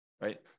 right